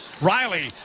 Riley